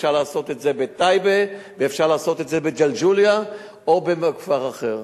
אפשר לעשות את זה בטייבה ואפשר לעשות את זה בג'לג'וליה או בכפר אחר.